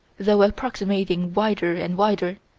though approximating wider and wider,